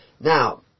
Now